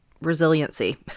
resiliency